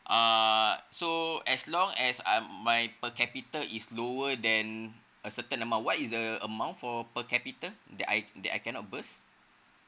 uh so as long as I'm my per capita is lower than a certain amount what is the amount for per capita that I that I cannot burst